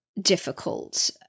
difficult